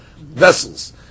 vessels